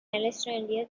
alexandria